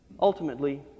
Ultimately